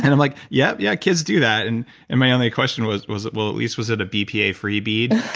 and i'm like, yeah. yeah. kids do that. and and my only question was was well, at least was it a bpa free bead?